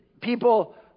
People